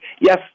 Yes